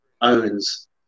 owns